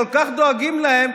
כל כך דואגים להם,